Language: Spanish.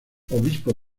obispo